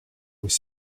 was